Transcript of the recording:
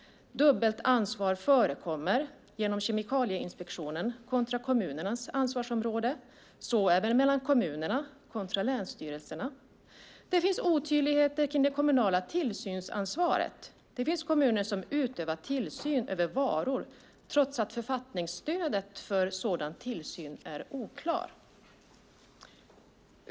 Dubbelt ansvar förekommer genom Kemikalieinspektionen kontra kommunens ansvarsområden, så även mellan kommuner kontra länsstyrelserna. Det finns otydligheter kring det kommunala tillsynsansvaret. Det finns kommuner som utövar tillsyn över varor trots att författningsstödet för sådan tillsyn är oklar.